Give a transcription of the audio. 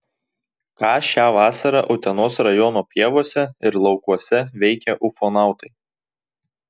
ką šią vasarą utenos rajono pievose ir laukuose veikė ufonautai